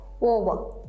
over